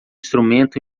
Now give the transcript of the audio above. instrumento